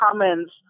comments